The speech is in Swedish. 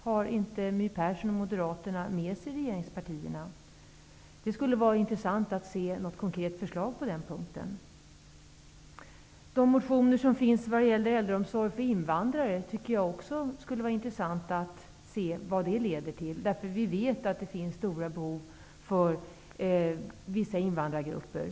Har inte My Persson och Moderaterna med sig de andra regeringspartierna? Det skulle vara intressant att få se något konkret förslag på den punkten. Det skulle också vara intressant att se vad motionerna om äldreomsorg för invandrare leder till. Vi vet att det finns stora behov för vissa invandrargrupper.